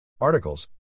Articles